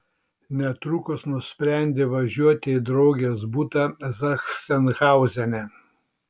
netrukus nusprendė važiuoti į draugės butą zachsenhauzene